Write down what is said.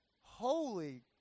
Holy